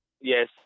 Yes